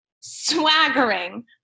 swaggering